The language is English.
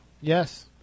Yes